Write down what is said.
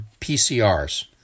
PCRs